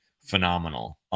phenomenal